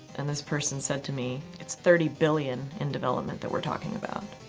and this person said to me, it's thirty billion in development that we're talking about.